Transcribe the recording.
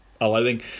allowing